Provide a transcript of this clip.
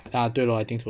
ah 对 lor I think so